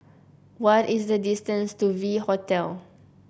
what is the distance to V Hotel